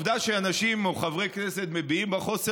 שהנתונים הם נתונים קשים ונתונים